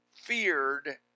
feared